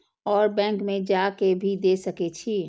और बैंक में जा के भी दे सके छी?